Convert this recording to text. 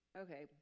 Okay